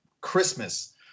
Christmas